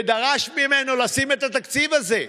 ודרש ממנו לשים את התקציב הזה,